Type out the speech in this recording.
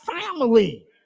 family